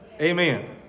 Amen